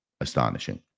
astonishing